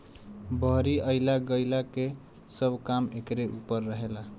बहरी अइला गईला के सब काम एकरे ऊपर रहेला